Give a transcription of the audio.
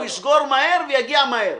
הוא יסגור מהר ויגיע מהר.